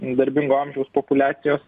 darbingo amžiaus populiacijos